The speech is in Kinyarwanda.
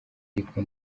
ariko